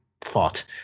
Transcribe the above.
thought